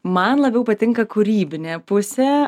man labiau patinka kūrybinė pusė